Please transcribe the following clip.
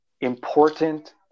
important